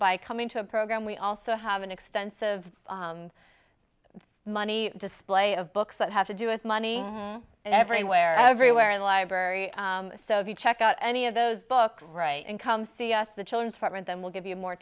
by coming to a program we also have an extensive money display of books that have to do with money and everywhere everywhere in library so if you check out any of those books right and come see us the children's forum and then we'll give you more